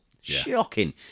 shocking